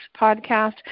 Podcast